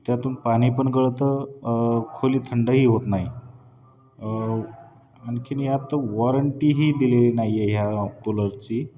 त्यातून पाणी पण गळतं खोली थंडही होत नाही आणखी आत वॉरंटीही दिलेली नाही आहे ह्या कूलरची